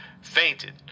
fainted